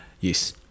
Yes